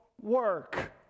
work